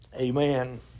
amen